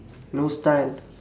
no style